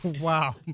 Wow